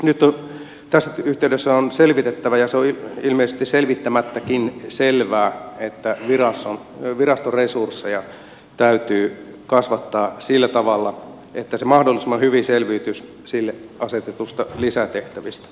nyt tässä yhteydessä on selvitettävä ja se on ilmeisesti selvittämättäkin selvää että viraston resursseja täytyy kasvattaa sillä tavalla että se mahdollisimman hyvin selviytyisi sille asetetuista lisätehtävistä